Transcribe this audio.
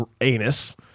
anus